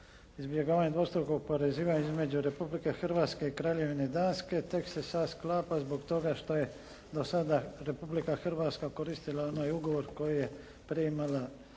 izbjegavanja dvostrukog oporezivanja između Republike Hrvatske i Kraljevine Danske tek se sada sklapa zbog toga što je Republika Hrvatska koristila onaj ugovor koji je prije imala